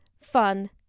Fun